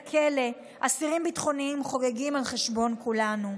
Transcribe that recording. אסירים ביטחוניים בבית הכלא חוגגים על חשבון כולנו.